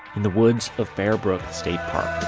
in the woods of bear brook state park